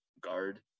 guard